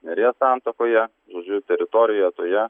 neries santakoje žodžiu teritorija toje